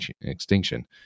extinction